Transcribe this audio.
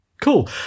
Cool